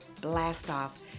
Blast-Off